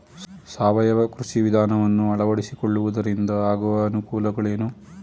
ಸಾವಯವ ಕೃಷಿ ವಿಧಾನವನ್ನು ಅಳವಡಿಸಿಕೊಳ್ಳುವುದರಿಂದ ಆಗುವ ಅನುಕೂಲಗಳೇನು?